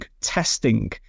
testing